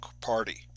Party